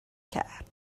کرد